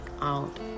out